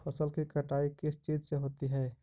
फसल की कटाई किस चीज से होती है?